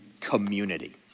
community